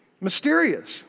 mysterious